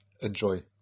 Enjoy